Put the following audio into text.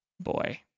boy